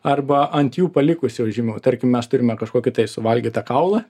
arba ant jų palikusių žymių tarkim mes turime kažkokį tai suvalgytą kaulą